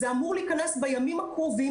זה אמור להיכנס בימים הקרובים,